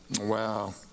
Wow